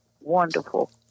Wonderful